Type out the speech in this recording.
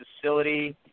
facility